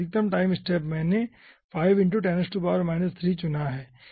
इसलिए अधिकतम समय स्टेप हमने चुना है